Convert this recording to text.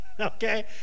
okay